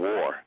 War